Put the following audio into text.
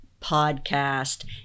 podcast